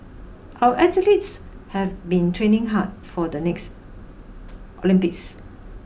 our athletes have been training hard for the next Olympics